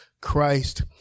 Christ